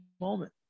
moment